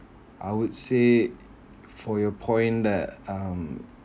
I would say for your point that um